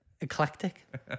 Eclectic